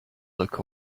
look